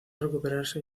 recuperarse